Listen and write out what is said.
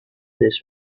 this